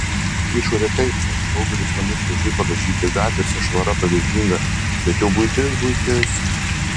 išorė taip sau daugelis namų šviežiai padažyti gatvėse švara pavyzdinga bet jau buitis buitis